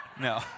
No